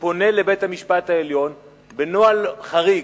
שפונה לבית-המשפט העליון בנוהל חריג,